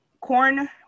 corn